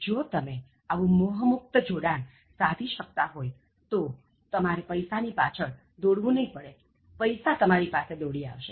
જો તમે આવું મોહમુક્ત જોડાણ સાધી શકતા હોય તો તમારે પૈસા ની પાછળ દોડવું નહી પડે પૈસા તમારી પાસે દોડી આવશે